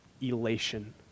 elation